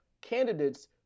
candidates